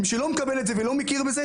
מי שלא מקבל את זה ולא מכיר בזה,